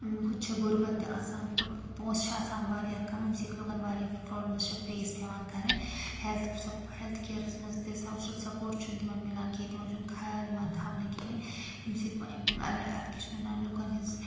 ہُتہِ چھِ غُربَت تہِ آسان پونٛسہٕ چھِ آسان واریاہ کَم ییٚمہِ سۭتۍ لُکَن واریاہ پرٛابلمٕز چھِ فیس پٮ۪وان کَرٕنۍ ہٮ۪لٕتھس ہیٚلتھ کیرَس منٛز تہِ سوشَل سَپوٗٹ چھُنہٕ تِمَن مِلان کیٚنٛہہ تِمَن چھُنہٕ خیال یِوان تھاونہٕ کِہیٖنۍ ییٚمہِ سۭتۍ اَ اَتھ کیٛاہ چھِ وَنان لوٗکَن ہِنٛز